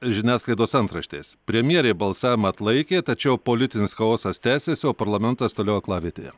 žiniasklaidos antraštės premjerė balsavimą atlaikė tačiau politinis chaosas tęsiasi o parlamentas toliau aklavietėje